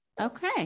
Okay